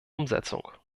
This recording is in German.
umsetzung